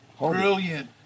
brilliant